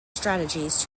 strategies